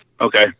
Okay